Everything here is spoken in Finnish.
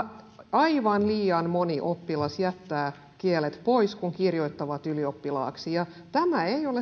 aivan liian moni oppilas jättää kielet pois kun kirjoittaa ylioppilaaksi ja tämä ei ole